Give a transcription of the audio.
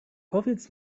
powiedz